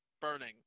Burning